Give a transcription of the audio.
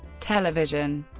television